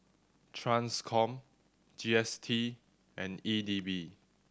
Transcom G S T and E D B